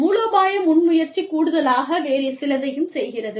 மூலோபாய முன்முயற்சி கூடுதலாக வேறு சிலதையும் செய்கிறது